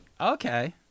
Okay